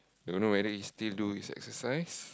don't know whether he still do his exercise